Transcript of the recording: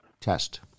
test